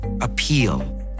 appeal